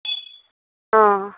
অ